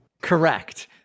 Correct